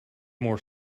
more